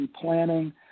Planning